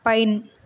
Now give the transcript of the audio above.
pine